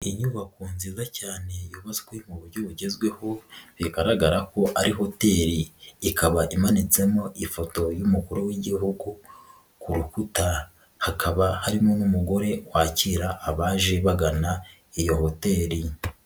Inyubako nziza cyane yubatswe mu buryo bugezweho bigaragara ko ari hoteli, ikaba imanitsemo ifoto y'umukuru w'Igihugu ku rukuta, hakaba harimo n'umugore wakira abaje bagana iyo hoteli.